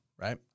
right